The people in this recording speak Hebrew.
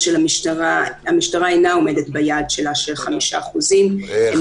המשטרה אינה עומדת ביעד שלה של 5%. הם נמצאים בעמידה בינונית.